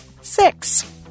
Six